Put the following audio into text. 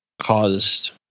caused